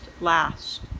last